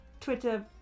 twitter